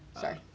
Sorry